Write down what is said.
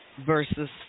versus